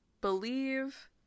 believe